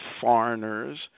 foreigners